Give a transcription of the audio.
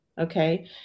okay